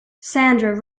sandra